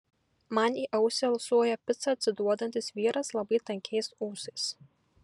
man į ausį alsuoja pica atsiduodantis vyras labai tankiais ūsais